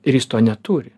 ir jis to neturi